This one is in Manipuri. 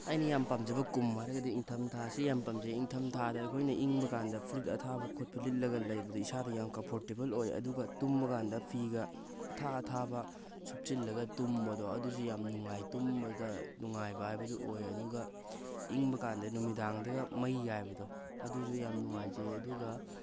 ꯑꯩꯅ ꯌꯥꯝ ꯄꯥꯝꯖꯕ ꯀꯨꯝ ꯍꯥꯏꯔꯒꯗꯤ ꯏꯪꯊꯝꯊꯥꯁꯤ ꯌꯥꯝ ꯄꯥꯝꯖꯩ ꯏꯪꯊꯝꯊꯥꯗ ꯑꯩꯈꯣꯏꯅ ꯏꯪꯕꯀꯥꯟꯗ ꯐꯨꯔꯤꯠ ꯑꯊꯥꯕ ꯈꯣꯠꯄ ꯂꯤꯠꯂꯒ ꯂꯩꯕꯗ ꯏꯁꯥꯗ ꯌꯥꯝ ꯀꯝꯐꯣꯔꯇꯦꯕꯜ ꯑꯣꯏ ꯑꯗꯨꯒ ꯇꯨꯝꯕ ꯀꯥꯟꯗ ꯐꯤꯒ ꯑꯊꯥ ꯑꯊꯥꯕ ꯁꯨꯞꯆꯤꯜꯂꯒ ꯇꯨꯝꯕꯗꯣ ꯑꯗꯨꯁꯨ ꯌꯥꯝ ꯅꯨꯡꯉꯥꯏ ꯇꯨꯝꯕꯗ ꯅꯨꯡꯉꯥꯏꯕ ꯍꯥꯏꯕꯗꯨ ꯑꯣꯏ ꯑꯗꯨꯒ ꯏꯪꯕꯀꯥꯟꯗ ꯅꯨꯃꯤꯗꯥꯡꯗꯒ ꯃꯩ ꯌꯥꯏꯕꯗꯣ ꯑꯗꯨꯁꯨ ꯌꯥꯝ ꯅꯨꯡꯉꯥꯏꯖꯩ ꯑꯗꯨꯒ